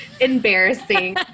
Embarrassing